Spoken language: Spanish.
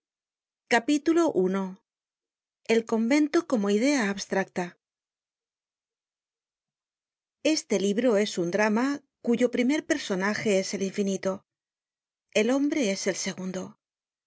generated at el convento como idea abstracta este libro es un drama cuyo primer'personaje es el infinito el hombre es el segundo en